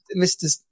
Mr